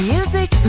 Music